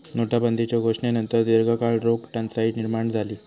नोटाबंदीच्यो घोषणेनंतर दीर्घकाळ रोख टंचाई निर्माण झाली